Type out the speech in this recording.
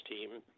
team